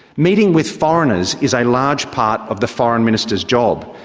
meeting with foreigners is a large part of the foreign minister's job.